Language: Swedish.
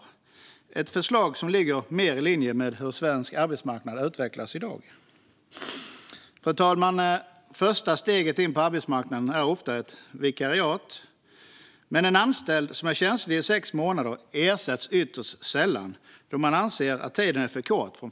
Det är ett förslag som ligger mer i linje med hur svensk arbetsmarknad utvecklas i dag. Fru talman! Första steget in på arbetsmarknaden är ofta ett vikariat. Men en anställd som är tjänstledig i sex månader ersätts ytterst sällan eftersom företaget anser att tiden är för kort.